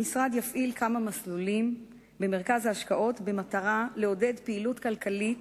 המשרד יפעיל כמה מסלולים במרכז ההשקעות במטרה לעודד פעילות כלכלית